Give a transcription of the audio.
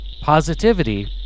positivity